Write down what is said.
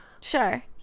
Sure